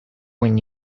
when